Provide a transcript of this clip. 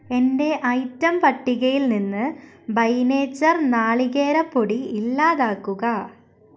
എന്റെ ഐറ്റം പട്ടികയിൽ നിന്ന് ബൈ നേച്ചർ നാളികേര പൊടി ഇല്ലാതാക്കുക